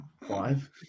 Five